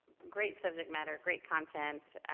great subject matter, great content.